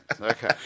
okay